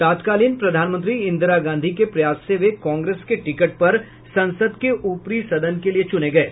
तत्कालीन प्रधानमंत्री इंदिरा गांधी के प्रयास से वे कांग्रेस के टिकट पर संसद के उपरी सदन के लिये चुने गये